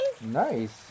Nice